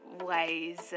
ways